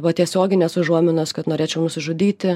va tiesioginės užuominos kad norėčiau nusižudyti